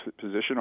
position